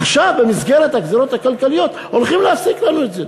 עכשיו במסגרת הגזירות הכלכליות הולכים להפסיק לנו את זה.